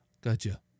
Gotcha